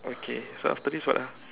okay so after this what ah